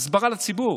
הסברה לציבור.